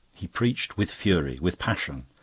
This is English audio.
he preached with fury, with passion,